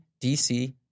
DC